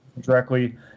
directly